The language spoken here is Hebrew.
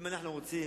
אם אנחנו רוצים,